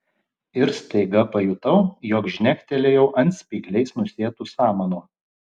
ir staiga pajutau jog žnektelėjau ant spygliais nusėtų samanų